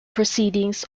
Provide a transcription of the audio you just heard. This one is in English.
proceedings